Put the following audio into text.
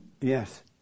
Yes